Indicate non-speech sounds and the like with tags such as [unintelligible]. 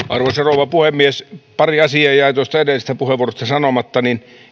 [unintelligible] arvoisa rouva puhemies pari asiaa jäi tuosta edellisestä puheenvuorosta sanomatta